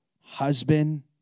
husband